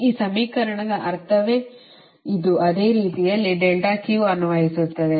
ಈ ಸಮೀಕರಣದ ಅರ್ಥವೇ ಇದು ಅದೇ ರೀತಿಯಲ್ಲಿ ಅನ್ವಯಿಸುತ್ತದೆ